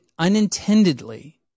unintendedly